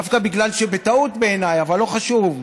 דווקא בגלל שיש, בטעות, בעיניי, אבל לא חשוב,